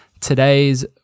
Today's